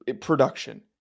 production